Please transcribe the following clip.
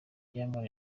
diamond